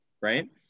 right